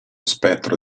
spettro